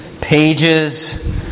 pages